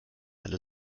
alle